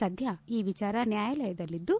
ಸದ್ದ ಈ ವಿಚಾರ ನ್ಯಾಯಾಲಯದಲ್ಲಿದ್ದು